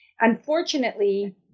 unfortunately